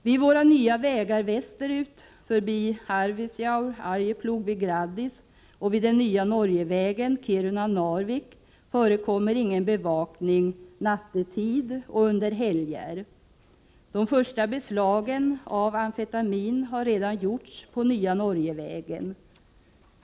Vid våra nya vägar västerut förbi Arvidsjaur och Arjeplog, vid Graddis samt vid den nya Norgevägen, Kiruna-Narvik, förekommer ingen bevakning nattetid och under helger. De första beslagen av amfetamin har redan gjorts på den nya Norgevägen.